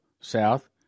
south